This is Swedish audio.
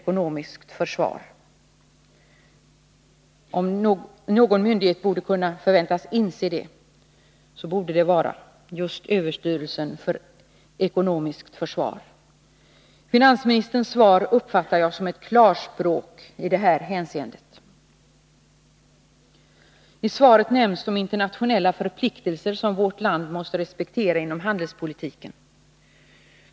Om någon myndighet kunde förväntas inse detta, borde det vara överstyrelsen för ekonomiskt försvar. Om upphand Finansministerns svar i det här hänseendet uppfattar jag som klarspråk. lingen av sjötrans I svaret nämns vidare de internationella förpliktelser inom Nandelsponga porttjänster för ken som vårt land måste respektera.